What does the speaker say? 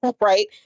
Right